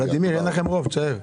ולדימיר, אין לכם רוב תישאר.